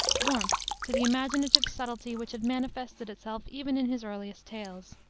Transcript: warmth to the imaginative subtlety which had manifested itself even in his earliest tales.